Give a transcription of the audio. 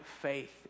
faith